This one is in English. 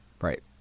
Right